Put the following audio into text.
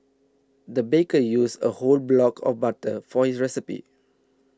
the baker used a whole block of butter for his recipe